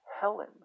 Helen